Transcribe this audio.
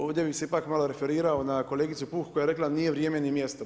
Ovdje bi se ipak malo referirao na kolegicu Puh koja je rekla nije ni vrijeme ni mjesto.